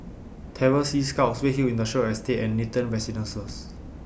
Terror Sea Scouts Redhill Industrial Estate and Nathan Residences